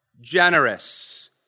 generous